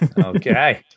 Okay